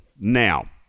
Now